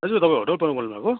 दाजु तपाईँ होटलबाट बोल्नु भएको